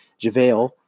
Javale